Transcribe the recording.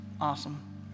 Awesome